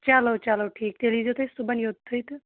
چلو چلو ٹھیٖک تیٚلہِ ییٖزیٚو تُہۍ صُبَحن یوٚتھٕے تہٕ